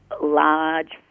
large